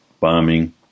bombing